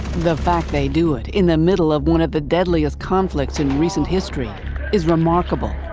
the fact they do it in the middle of one of the deadliest conflicts in recent history is remarkable.